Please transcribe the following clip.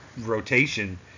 rotation